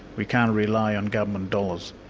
we can't rely on government dollars,